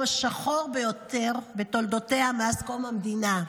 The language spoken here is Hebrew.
השחור ביותר בתולדותיה מאז קום המדינה.